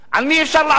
על מי אפשר לעבוד?